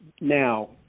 now